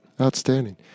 Outstanding